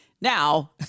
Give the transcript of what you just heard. Now